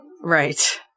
Right